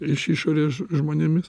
iš išorės ž žmonėmis